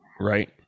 right